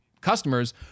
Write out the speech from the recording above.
customers